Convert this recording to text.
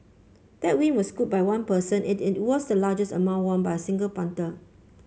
that win was scooped by one person and it was the largest amount won by single punter